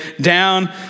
down